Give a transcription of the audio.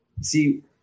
See